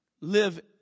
live